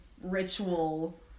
ritual